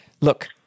look